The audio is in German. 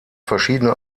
verschiedene